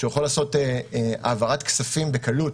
הוא יכול לעשות העברת כספים בקלות,